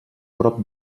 prop